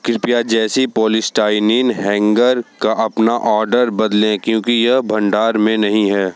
कृपया जैसी polystyrene hanger का अपना ऑर्डर बदलें क्योंकि यह भंडार में नहीं है